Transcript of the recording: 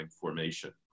formation